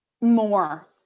more